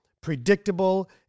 predictable